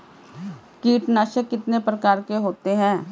कीटनाशक कितने प्रकार के होते हैं?